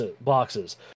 boxes